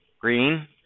Green